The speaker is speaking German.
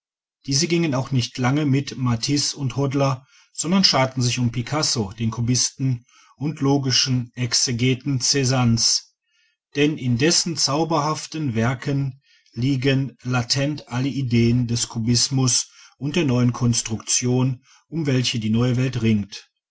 diese gingen auch nicht lange mit matisse und hodler sondern scharten sich um picasso den kubisten und logischen exegeten czannes denn in dessen zauberhaften werken liegen la tent alle ideen des kubismus und der neuen konstruktion um welche die neue welt ringt